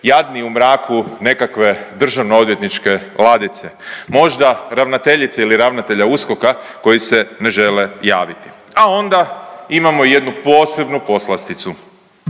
jadni u mraku nekakve državno odvjetničke ladice, možda ravnateljice ili ravnatelja USKOK-a koji se ne žele javiti, a onda imamo jednu posebnu poslasticu,